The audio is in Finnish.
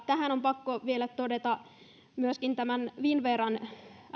tähän on pakko vielä todeta myöskin tämän finnveran